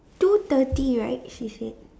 two thirty right she said